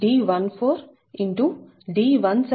D176